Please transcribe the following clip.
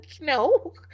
No